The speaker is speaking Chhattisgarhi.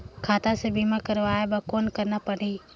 खाता से बीमा करवाय बर कौन करना परही?